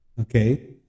okay